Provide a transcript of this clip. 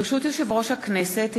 יושב-ראש הכנסת,